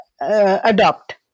adopt